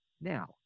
now